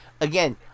Again